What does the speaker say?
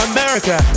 America